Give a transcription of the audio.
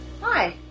Hi